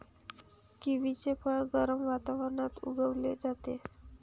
किवीचे फळ गरम वातावरणात उगवले जाते